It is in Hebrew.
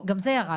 גם זה ירד.